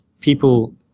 people